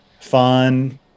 fun